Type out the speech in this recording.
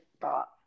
thought